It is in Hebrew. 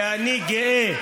ואני גאה.